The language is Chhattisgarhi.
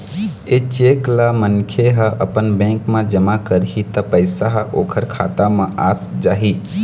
ए चेक ल मनखे ह अपन बेंक म जमा करही त पइसा ह ओखर खाता म आ जाही